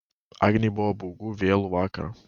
agnei buvo baugu vėlų vakarą